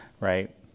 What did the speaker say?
right